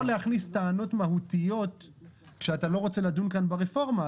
אתה לא יכול להכניס טענות מהותיות כשאתה לא רוצה לדון כאן ברפורמה.